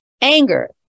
anger